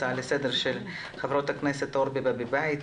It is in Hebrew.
הצעה לסדר של ח"כ אורנה ברביבאי,